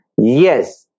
yes